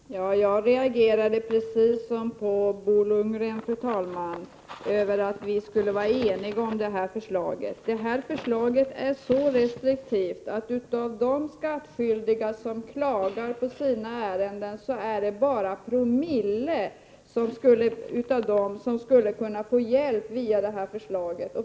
Fru talman! Jag reagerade precis som Bo Lundgren över påståendet att vi skulle vara eniga om det här förslaget. Detta förslag är så restriktivt att bara någon promille av de skattskyldiga som klagar på sina ärenden skulle kunna få hjälp via detta förslag.